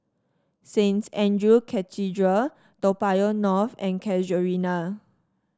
Saint Andrew Cathedral Toa Payoh North and Casuarina